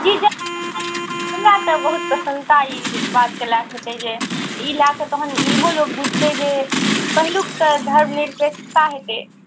जी जे हमरा तऽ बहुत प्रसन्नता ई बातके लऽ कऽ छै जे ई लऽ कऽ तहन इहो लोक बुझतै जे पहिलुक तऽ धर्मनिरपेक्षता हेतै